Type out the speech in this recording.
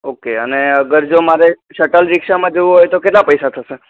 okay અને અગર જો મારે શટલ રિક્ષામાં જવું હોય તો કેટલા પૈસા થશે